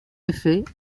effet